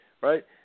right